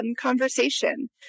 conversation